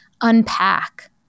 unpack